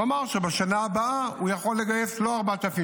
הוא אמר שבשנה הבאה הוא יכול לגייס לא 4,800,